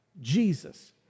Jesus